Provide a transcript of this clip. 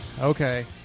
okay